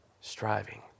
striving